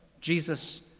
Jesus